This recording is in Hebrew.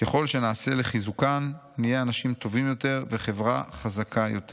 ככל שנעשה לחיזוקן נהיה אנשים טובים יותר וחברה חזקה יותר.